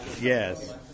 yes